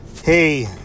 hey